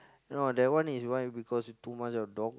no that one is why because you too much of dog